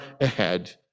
ahead